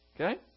Okay